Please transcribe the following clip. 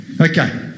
Okay